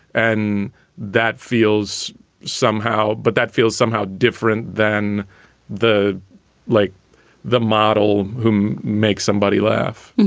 and that feels somehow but that feels somehow different than the like the model whom make somebody laugh